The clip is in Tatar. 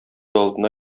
алдына